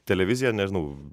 televizija nežinau